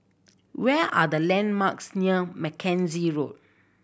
where are the landmarks near Mackenzie Road